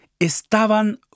estaban